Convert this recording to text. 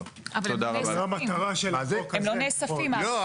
ארגז זה עדיף סביבתי על שקית נייר